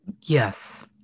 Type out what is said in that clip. yes